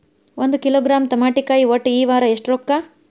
ಒಂದ್ ಕಿಲೋಗ್ರಾಂ ತಮಾಟಿಕಾಯಿ ಒಟ್ಟ ಈ ವಾರ ಎಷ್ಟ ರೊಕ್ಕಾ?